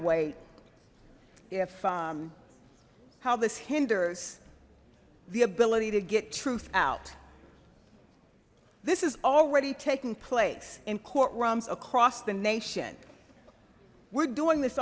if how this hinders the ability to get truth out this is already taking place in courtrooms across the nation we're doing this